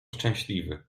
szczęśliwy